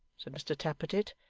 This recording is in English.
said mr tappertit,